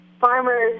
farmers